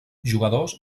jugadors